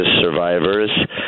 survivors